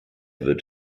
wird